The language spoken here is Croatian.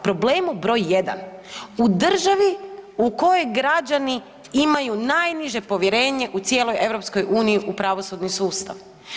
Problemu broj jedan u državi u kojoj građani imaju najniže povjerenje u cijeloj EU u pravosudni sustav.